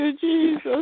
Jesus